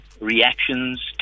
reactions